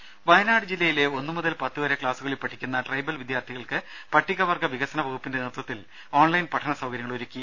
രമേ വയനാട് ജില്ലയിലെ ഒന്നു മുതൽ പത്ത് വരെ ക്ലാസുകളിൽ പഠിക്കുന്ന ട്രൈബൽ വിദ്യാർത്ഥികൾക്ക് പട്ടികവർഗ വികസന വകുപ്പിന്റെ നേതൃത്വത്തിൽ ഓൺലൈൻ പഠന സൌകര്യങ്ങൾ ഒരുക്കി